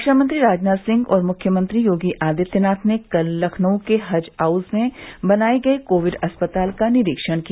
रक्षामंत्री राजनाथ सिंह और मुख्यमंत्री योगी आदित्यनाथ ने कल लखनऊ के हज हाउस में बनाये गये कोविड अस्पताल का निरीक्षण किया